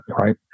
right